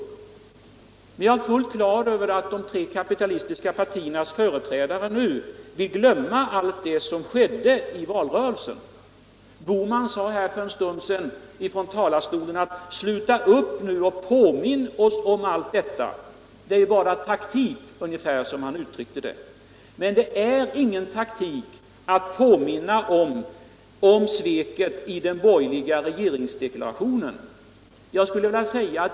Jag är fullt klar över att de tre kapitalistiska partiernas företrädare nu vill glömma allt det som skedde i valrörelsen. Bohman sade för en stund sedan att vi skulle sluta upp med att påminna om allt detta. det var bara taktik från vår sida. Men det är ingen taktik all påminna om sveket i den borgerliga regeringsdeklarationen.